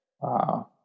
Wow